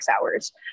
hours